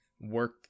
work